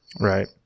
Right